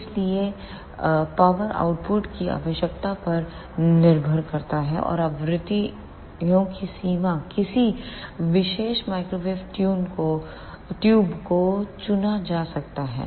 इसलिए power output की आवश्यकता पर निर्भर करता है और आवृत्तियों की सीमा किसी विशेष माइक्रोवेव ट्यूब को चुना जा सकता है